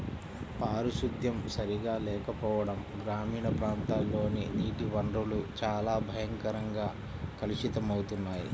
పారిశుద్ధ్యం సరిగా లేకపోవడం గ్రామీణ ప్రాంతాల్లోని నీటి వనరులు చాలా భయంకరంగా కలుషితమవుతున్నాయి